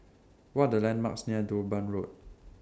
What Are The landmarks near Durban Road